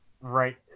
right